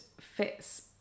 fits